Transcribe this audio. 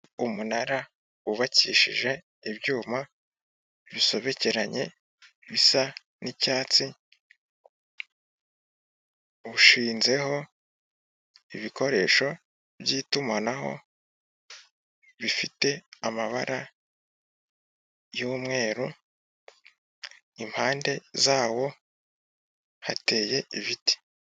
Umunara wubakishije ibyuma bisobekeranye bisa n'icyatsi, ushinzeho ibikoresho by'itumanaho bifite amabara y'umweru, impande zawo hateye ibiti.